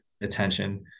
attention